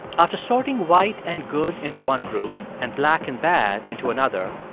after sorting white and good into one group and black and bad into another,